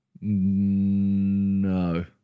No